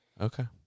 Okay